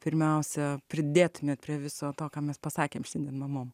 pirmiausia pridėtumėt prie viso to ką mes pasakėm šiandien mamom